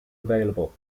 available